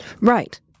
Right